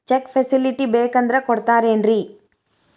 Check facility ಬೇಕಂದ್ರ ಕೊಡ್ತಾರೇನ್ರಿ?